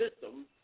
system